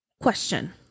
Question